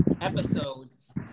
episodes